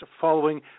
following